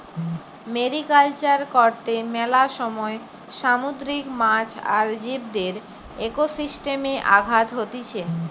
mariculture কর্তে মেলা সময় সামুদ্রিক মাছ আর জীবদের একোসিস্টেমে আঘাত হতিছে